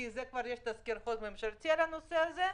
כי כבר יש תזכיר חוק ממשלתי על הנושא הזה,